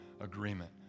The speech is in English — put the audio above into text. agreement